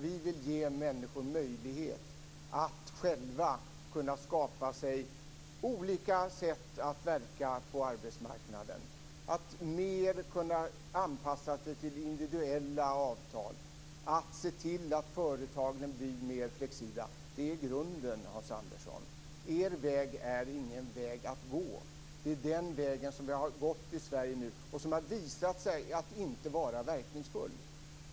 Vi vill ge människor möjlighet att själva skapa sig olika sätt att verka på arbetsmarknaden och mer kunna anpassa sig till individuella avtal, och vi vill se till att företagen blir mer flexibla. Det är grunden, Hans Andersson. Er väg är ingen väg att gå. Det är den vägen som vi har gått i Sverige och som har visat sig inte vara verkningsfull.